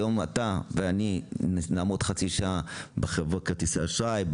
היום אתה ואני נחכה חצי שעה לחברת כרטיסי אשראי,